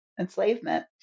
enslavement